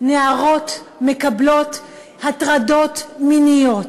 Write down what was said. נערות מקבלות הטרדות מיניות,